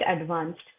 advanced